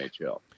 NHL